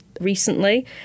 recently